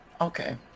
Okay